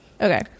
Okay